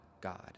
God